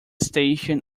station